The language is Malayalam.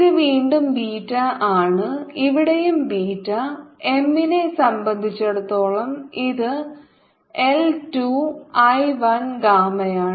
ഇത് വീണ്ടും ബീറ്റയാണ് ഇവിടെയും ബീറ്റ M നെ സംബന്ധിച്ചിടത്തോളം ഇത് L 2 I 1 ഗാമയാണ്